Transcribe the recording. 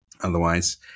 Otherwise